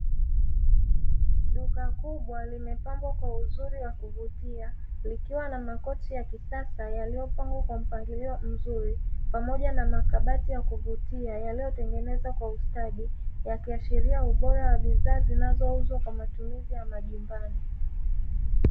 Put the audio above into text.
Duka kubwa limepambwa kwa uzuri wa kuvutia likiwa na makochi ya kisasa yaliyopangwa kwa mpangilio mzuri, pamoja na ya kuvutia yaliyotengenezwa kwa ustadi yakiashiria ubora wa bidhaa zinazouzwa kwa matumizi ya majumbani.